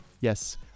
yes